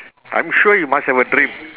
I'm sure you must have a dream